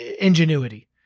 ingenuity